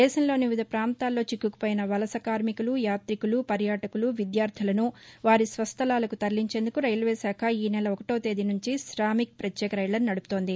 దేశంలోని వివిధ ప్రాంతాల్లో చిక్కుకుపోయిన వలస కార్శికులు యాతికులు పర్యాటకులు విద్యార్శులను వారి స్వస్థలాలకు తరలించేందుకు రైల్వేశాఖ ఈ నెల ఒకటో తేదీ నుంచి కామిక్ ప్రత్యేక రైళ్లను నడుపుతోంది